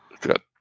Good